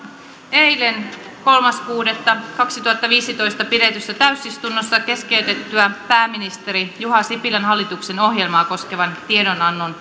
eilen toinen kuudetta kaksituhattaviisitoista pidetyssä täysistunnossa keskeytettyä pääministeri juha sipilän hallituksen ohjelmaa koskevan tiedonannon